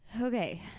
Okay